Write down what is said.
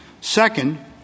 Second